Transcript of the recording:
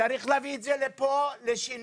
צריך להביא את זה לפה לשינוי.